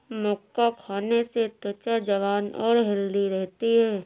मक्का खाने से त्वचा जवान और हैल्दी रहती है